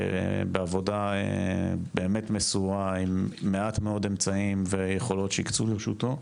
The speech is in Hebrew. בעבודה באמת מסורה עם מעט מאוד אמצעים ויכולות שהקצו לרשותו.